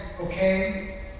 okay